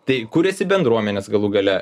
tai kuriasi bendruomenės galų gale